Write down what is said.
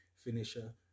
finisher